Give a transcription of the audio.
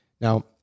Now